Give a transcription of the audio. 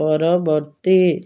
ପରବର୍ତ୍ତୀ